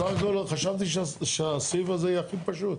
סך הכל חשבתי שהסעיף הזה יהיה הכי פשוט.